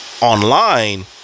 Online